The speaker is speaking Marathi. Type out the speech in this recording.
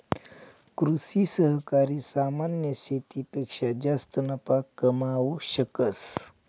कृषि सहकारी सामान्य शेतीपेक्षा जास्त नफा कमावू शकस